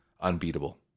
unbeatable